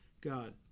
God